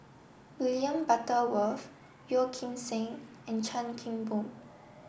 William Butterworth Yeo Kim Seng and Chan Kim Boon